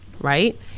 right